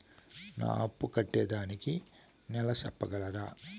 నా అప్పు కట్టేదానికి నెల సెప్పగలరా?